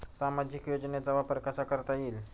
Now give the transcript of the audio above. सामाजिक योजनेचा वापर कसा करता येईल?